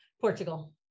Portugal